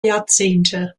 jahrzehnte